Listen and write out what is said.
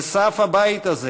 "אל סף הבית הזה